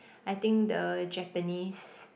I think the Japanese